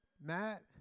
Matt